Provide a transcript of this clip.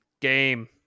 Game